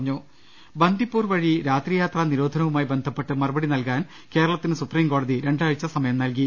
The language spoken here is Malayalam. രുട്ട്ട്ട്ട്ട്ട്ട്ട്ട ബന്ദിപ്പൂർ വഴി രാത്രിയാത്രാ നിരോധനവുമായി ബന്ധപ്പെട്ട് മറുപടി നൽകാൻ കേരളത്തിന് സുപ്രീംകോടതി രണ്ടാഴ്ച സമയം നൽകി